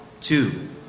two